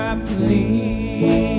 please